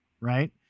right